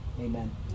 Amen